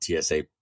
TSA